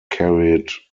carried